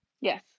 Yes